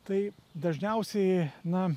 tai dažniausiai na